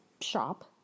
shop